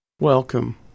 Welcome